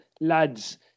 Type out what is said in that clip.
lads